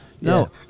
No